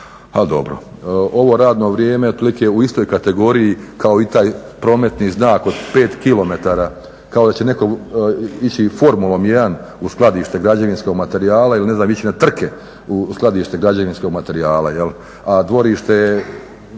dobro. Ovo radno vrijeme otprilike je u istoj kategoriji kao i taj prometni znak od 5 km, kao da će netko ići Formulom 1 u skladište građevinskog materijala ili će ići na trke u skladište građevinskog materijala, a dvorište